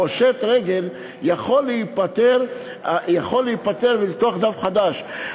פושט רגל יכול להיפטר ולפתוח דף חדש,